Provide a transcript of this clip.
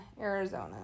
Arizona